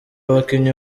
abakinnyi